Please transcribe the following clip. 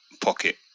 pocket